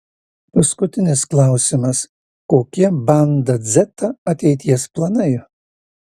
paskutinis klausimas kokie banda dzeta ateities planai